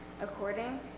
According